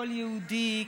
כל יהודי,